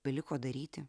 beliko daryti